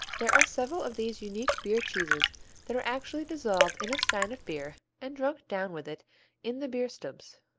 there are several of these unique beer cheeses that are actually dissolved in a stein of beer and drunk down with it in the bierstubes,